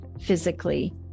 physically